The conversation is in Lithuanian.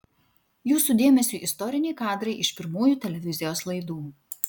jūsų dėmesiui istoriniai kadrai iš pirmųjų televizijos laidų